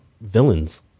villains